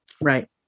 Right